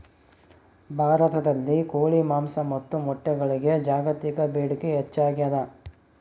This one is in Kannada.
ಭಾರತದಲ್ಲಿ ಕೋಳಿ ಮಾಂಸ ಮತ್ತು ಮೊಟ್ಟೆಗಳಿಗೆ ಜಾಗತಿಕ ಬೇಡಿಕೆ ಹೆಚ್ಚಾಗ್ಯಾದ